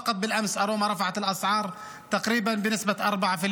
רק אתמול ארומה העלתה את המחירים בקרוב ל-4%.